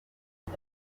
ngo